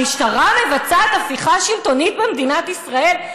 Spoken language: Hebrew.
המשטרה מבצעת הפיכה שלטונית במדינת ישראל,